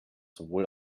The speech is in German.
sowohl